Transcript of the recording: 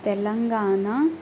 Telangana